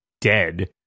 dead